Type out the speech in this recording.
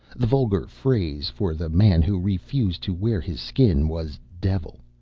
the vulgar phrase for the man who refused to wear his skin was devil,